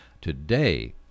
today